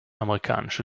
amerikanische